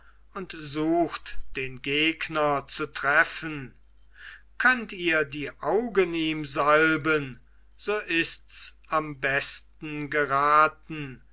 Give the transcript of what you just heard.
und sucht den gegner zu treffen könnt ihr die augen ihm salben so ists am besten geraten